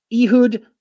Ehud